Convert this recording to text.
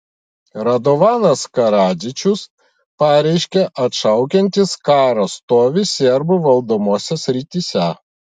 radovanas karadžičius pareiškė atšaukiantis karo stovį serbų valdomose srityse